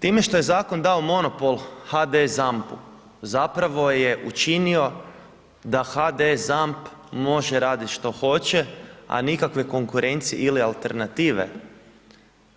Time što je zakon dao monopol HDS ZAMP-u zapravo je učinio da HDS ZAMP može raditi što hoće, a nikakve konkurencije ili alternative